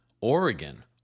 Oregon